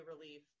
relief